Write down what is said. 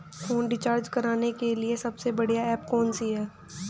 Phone recharge करने के लिए सबसे बढ़िया ऐप कौन सी है?